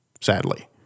sadly